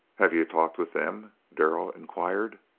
have you talked with them? darrell inquired.